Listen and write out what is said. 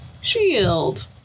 shield